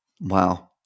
Wow